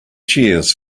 cheers